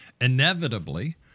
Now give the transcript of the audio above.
inevitably